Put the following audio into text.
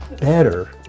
Better